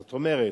זאת אומרת,